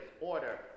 order